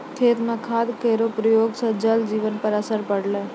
खेत म खाद केरो प्रयोग सँ जल जीवन पर असर पड़लै